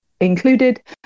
included